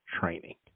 training